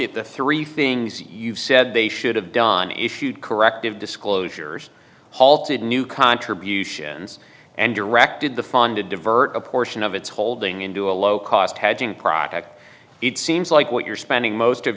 at the three things you've said they should have done issued corrective disclosures halted new contributions and directed the funded divert a portion of its holding into a low cost hedging project it seems like what you're spending most of